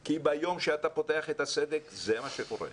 כי ביום שאתה פותח את הסדק, זה מה שקורה.